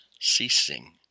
ceasing